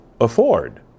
afford